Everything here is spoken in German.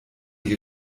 die